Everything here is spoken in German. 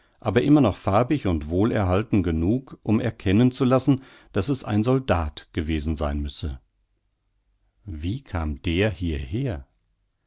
aber immer noch farbig und wohlerhalten genug um erkennen zu lassen daß es ein soldat gewesen sein müsse wie kam der hierher